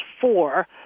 four